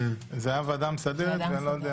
זו הייתה הוועדה המסדרת, ואני לא יודע